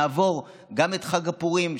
נעבור גם את חג הפורים,